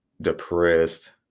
depressed